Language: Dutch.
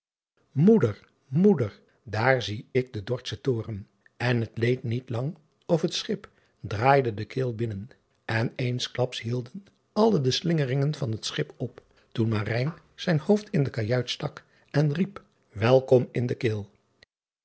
oeder moeder daar zie ik den ordschen toren n het leed niet lang of het schip draaide de il binnen en eensklaps hielden alle de slingeringen van het schip op toen zijn hoofd in de kajuit stak en riep elkom in de il